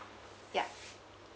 ya